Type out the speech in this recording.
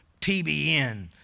TBN